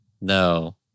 no